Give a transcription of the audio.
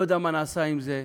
לא יודע מה נעשה עם זה.